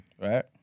Right